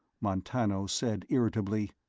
montano said irritably,